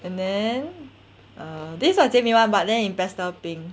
and then uh this was jie min [one] but then in pastel pink